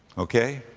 okay?